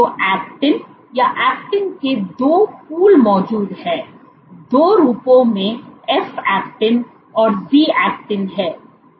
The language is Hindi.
तो एक्टिन या एक्टिन के 2 पूल मौजूद हैं 2 रूपों में एफ एक्टिन और जी एक्टिन हैं